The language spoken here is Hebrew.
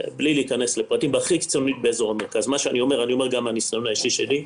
את מה שאני אומר אני אומר מהניסיון האישי שלי.